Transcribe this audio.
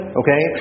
okay